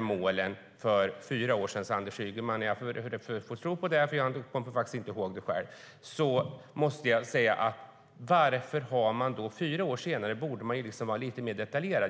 mål för fyra år sedan. Jag får tro på det, för jag kommer faktiskt inte ihåg det själv, men då är det lite förvånande att man liksom inte är mer detaljerad nu fyra år senare.